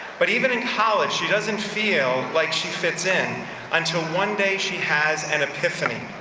but even in college, she doesn't feel like she fits in until one day, she has an epiphany.